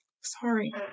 Sorry